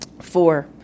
Four